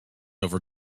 over